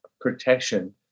protection